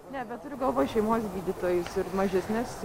ne bet turiu galvoj šeimos gydytojus ir mažesnes